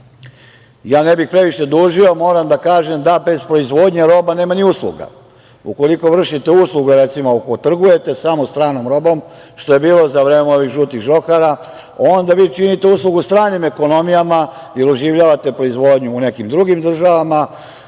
ne bih previše dužio, moram da kažem da bez proizvodnje roba nema ni usluga. Ukoliko vršite uslugu, recimo, ako trgujete samo stranom robom, što je bilo za vreme ovih žutih žohara, onda vi činite uslugu stranim ekonomija jer oživljavate proizvodnju u nekim drugim državama,